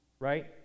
right